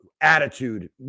attitude